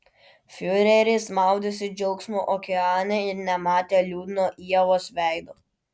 fiureris maudėsi džiaugsmo okeane ir nematė liūdno ievos veido